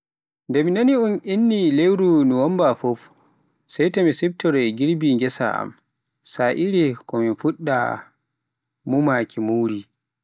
Nde mi nani un inni ni lewru Nuwamba fuf sai to mi siftoroy girbi ghessa am, sa'aire ko min fuɗɗata mumaaki muri.